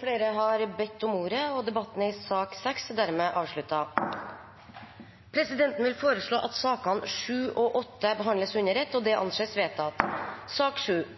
Flere har ikke bedt om ordet til sak nr. 6. Presidenten vil foreslå at sakene nr. 7 og 8 behandles under ett. – Det anses vedtatt.